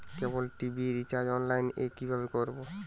কেবল TV recharge online এ কিভাবে করব?